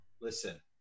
listen